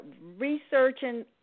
researching